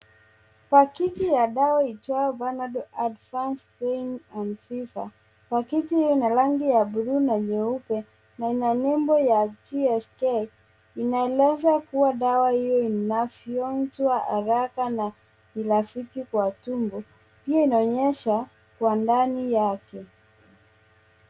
Pakiti ya dawa itwaye panadol advanced pain and fever. Pakiti ina rangi ya buluu na nyeupe, na ina nembo ya GSK.Inaeleza kuwa dawa hio inafionzwa na rafiki kwa tumbo. Pia inaonyesha kwa ndani yake.